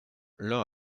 l’un